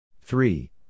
three